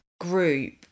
group